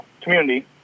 community